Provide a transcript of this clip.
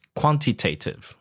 quantitative